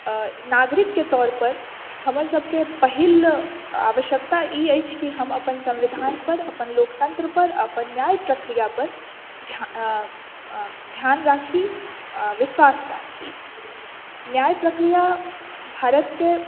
नागरिकके तौरपर हमरसभके पहिल आवश्यक्ता ई अछि कि हम अपन संविधानपर अपन लोकतन्त्रपर अपन न्याय प्रक्रियापर ध्यान ध्यान राखी विश्वास राखी न्याय प्रक्रिया भारतके